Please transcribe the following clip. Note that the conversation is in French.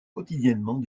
quotidiennement